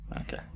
okay